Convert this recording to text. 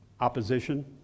opposition